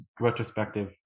retrospective